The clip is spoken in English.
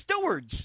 stewards